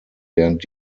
während